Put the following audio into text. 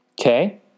Okay